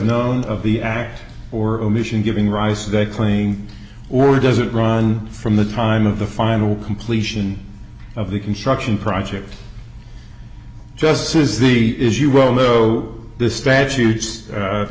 known of the act or omission giving rise to that claim or does it run from the time of the final completion of the construction project just says the as you well know the statutes